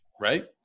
right